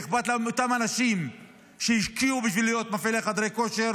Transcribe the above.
ואכפת להם מאותם אנשים שהשקיעו בשביל להיות מפעילי חדרי כושר